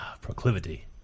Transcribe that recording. Proclivity